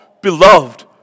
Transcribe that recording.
beloved